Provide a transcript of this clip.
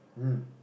mm